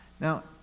Now